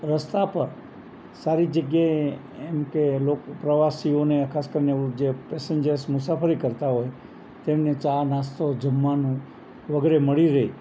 રસ્તા પર સારી જગ્યાએ એમ કે પ્રવાસીઓને ખાસ કરીને જે પેસેન્જર્સ મુસાફરી કરતા હોય તેમને ચા નાસ્તો જમવાનું વગેરે મળી રહે